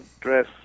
dress